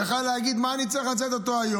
הוא יכול היה להגיד באותו היום: